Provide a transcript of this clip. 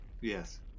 Yes